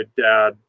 dad